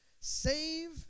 Save